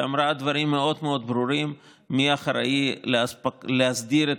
שאמרה דברים מאוד מאוד ברורים: מי שאחראי להסדיר את